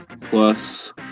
plus